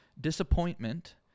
disappointment